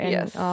Yes